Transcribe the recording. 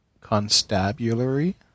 Constabulary